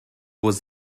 was